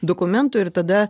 dokumentų ir tada